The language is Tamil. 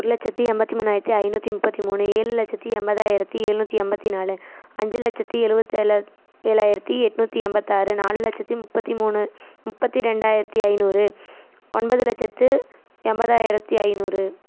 ஒரு லட்சத்தி எண்பத்தி மூணாயிரத்தி ஐநூற்றி முப்பத்தி மூணு ஏழு லட்சத்தி எண்பதாயிரத்தி ஏழ்நூற்றி எண்பத்தி நாலு அஞ்சு லட்சத்தி எழுபத்தி ஏழா ஏழாயிரத்தி எட்நூற்றி எண்பத்தாறு நாலு லட்சத்தி முப்பத்தி மூணு முப்பத்தி ரெண்டாயிரத்தி ஐநூறு ஒன்பது லட்சத்து எண்பதாயிரத்தி ஐநூறு